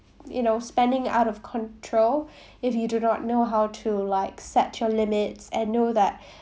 you know spending out of control if you do not know how to like set your limits and know that